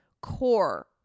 core